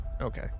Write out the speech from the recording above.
Okay